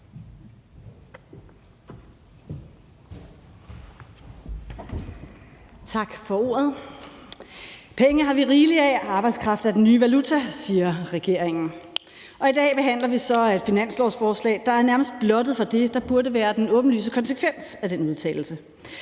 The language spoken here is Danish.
Tak for ordet. Penge har vi rigeligt af, og arbejdskraft er den nye valuta, siger regeringen. Og i dag behandler vi så et finanslovsforslag, der nærmest er blottet for det, der burde være den åbenlyse konsekvens af den udtalelse.